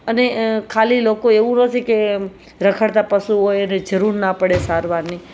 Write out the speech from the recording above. અને ખાલી લોકો એવું નથી કે રખડતા પશુઓ હોય એને જરૂર ના પડે સારવારની